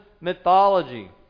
mythology